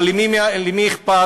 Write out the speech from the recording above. אבל למי אכפת?